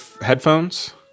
headphones